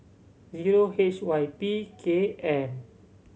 zero H Y P K M